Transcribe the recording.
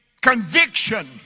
conviction